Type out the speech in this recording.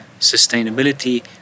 sustainability